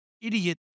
idiot